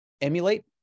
emulate